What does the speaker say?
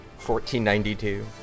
1492